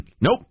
nope